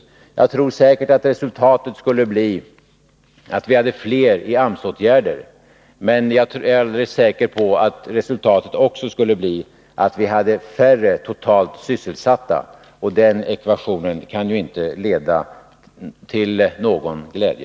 Resultatet skulle säkert bli att vi hade fler människor i AMS-åtgärder, men resultatet skulle säkert också bli att vi hade färre sysselsatta totalt. Och den ekvationen kan ju inte vara till någon glädje.